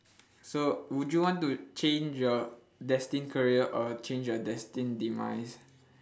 so would you want to change your destined career or change your destined demise